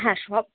হ্যাঁ সব